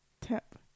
tap